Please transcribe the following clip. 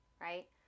right